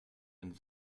and